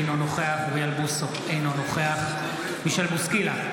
אינו נוכח אוריאל בוסו, אינו נוכח מישל בוסקילה,